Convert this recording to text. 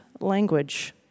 language